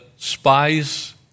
Spies